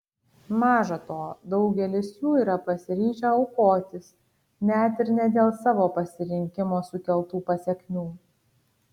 maža to daugelis jų yra pasiryžę aukotis net ir ne dėl savo pasirinkimo sukeltų pasekmių